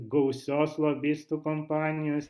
gausios lobistų kompanijos